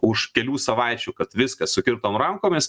už kelių savaičių kad viskas sukirtom rankomis